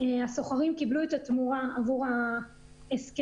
שהשוכרים קיבלו את התמורה עבור ההסכם,